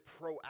proactive